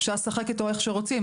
אפשר לשחק איתו איך שרוצים,